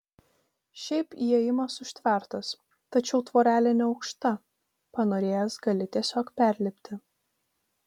šiaip įėjimas užtvertas tačiau tvorelė neaukšta panorėjęs gali tiesiog perlipti